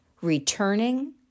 Returning